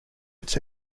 its